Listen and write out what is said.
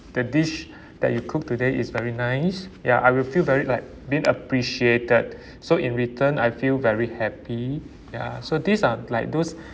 the dish that you cook today is very nice ya I will feel very like been appreciated so in return I feel very happy ya so these are like those